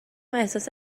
احساس